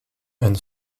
and